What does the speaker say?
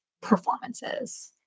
performances